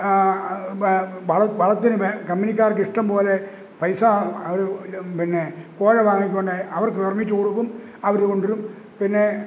വളത്തിന് കമ്പനിക്കാർക്കിഷ്ടമ്പോലെ പൈസ അവര് പിന്നെ കോഴ വാങ്ങിക്കൊണ്ട് അവർക്ക് നിർമ്മിച്ച് കൊടുക്കും അവരത് കൊണ്ടുവരും പിന്നെ